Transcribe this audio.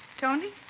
Tony